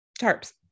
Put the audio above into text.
tarps